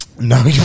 No